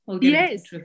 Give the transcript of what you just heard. Yes